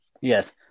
Yes